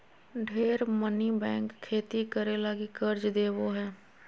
ढेर मनी बैंक खेती करे लगी कर्ज देवो हय